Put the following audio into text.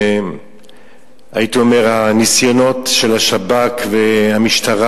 הייתי אומר שלמרות הניסיונות של השב"כ והמשטרה,